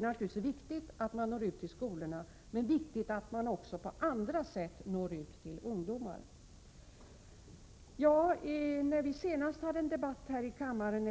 Självfallet är det viktigt att man når ut till skolorna, men det är också viktigt att man på andra sätt kan nå ut till ungdomar med sådan här information. När Elver Jonsson och jag senast hade en debatt här i kammaren